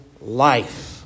life